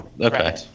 Okay